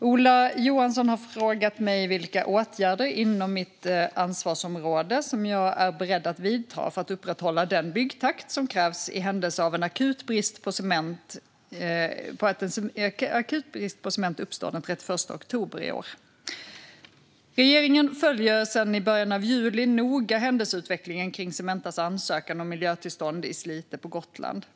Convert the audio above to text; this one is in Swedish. Ola Johansson har frågat mig vilka åtgärder, inom mitt ansvarsområde, jag är beredd att vidta för att upprätthålla den byggtakt som krävs i händelse av att en akut brist på cement uppstår den 31 oktober i år. Regeringen följer sedan början av juli noga händelseutvecklingen kring Cementas ansökan om miljötillstånd i Slite på Gotland.